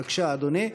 בבקשה, אדוני.